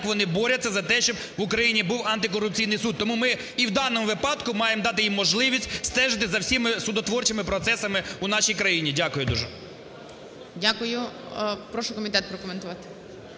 вони борються за те, щоб в Україні був антикорупційний суд. Тому ми і в даному випадку маємо дати їм можливість стежити за всіма судотворчими процесами в нашій країні. Дякую дуже. ГОЛОВУЮЧИЙ. Дякую. Прошу комітет прокоментувати.